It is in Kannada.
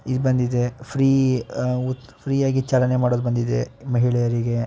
ಇದು ಬಂದಿದೆ ಫ್ರೀ ಫ್ರೀಯಾಗಿ ಚಾಲನೆ ಮಾಡೋದು ಬಂದಿದೆ ಮಹಿಳೆಯರಿಗೆ